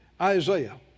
Isaiah